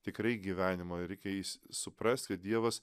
tikrai į gyvenimą ir reikia jais suprast kad dievas